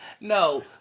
No